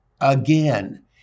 again